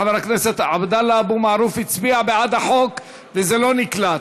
חבר הכנסת עבדאללה אבו מערוף הצביע בעד החוק וזה לא נקלט.